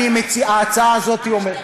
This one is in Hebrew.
ההצעה הזאת אומרת,